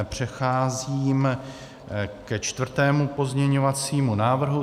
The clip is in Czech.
Přecházím ke čtvrtému pozměňovacímu návrhu.